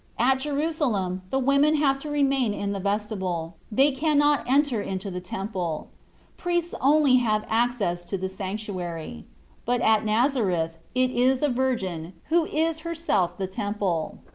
at jerusalem the women have to remain in the vestibule, they cannot enter into the temple priests only have access to the sanctuary but at nazareth it is a virgin, who is herself the temple.